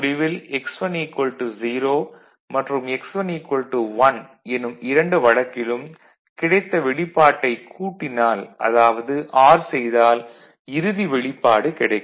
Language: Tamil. முடிவில் x1 0 மற்றும் x1 1 எனும் இரண்டு வழக்கிலும் கிடைத்த வெளிப்பாடைக் கூட்டினால் அதாவது ஆர் செய்தால் இறுதி வெளிப்பாடு கிடைக்கும்